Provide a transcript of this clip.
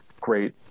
great